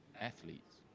athletes